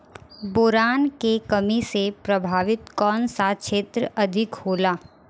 Boron के कमी से प्रभावित कौन सा क्षेत्र अधिक होला?